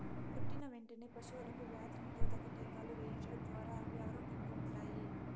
పుట్టిన వెంటనే పశువులకు వ్యాధి నిరోధక టీకాలు వేయించడం ద్వారా అవి ఆరోగ్యంగా ఉంటాయి